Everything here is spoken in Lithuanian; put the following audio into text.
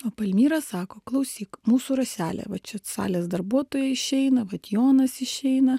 o palmyra sako klausyk mūsų raselė va čia salės darbuotoja išeina vat jonas išeina